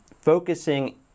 focusing